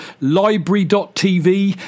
Library.TV